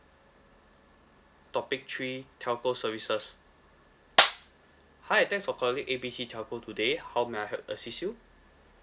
topic three telco services hi thanks for calling A B C telco today how may I help assist you